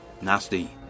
Nasty